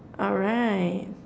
alright